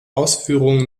ausführung